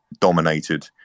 dominated